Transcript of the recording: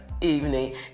evening